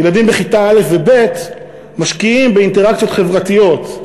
ילדים בכיתה א'-ב' משקיעים באינטראקציות חברתיות.